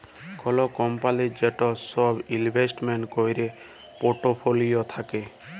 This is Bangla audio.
কল কম্পলির যে সব ইলভেস্টমেন্ট ক্যরের পর্টফোলিও থাক্যে